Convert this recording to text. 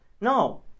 no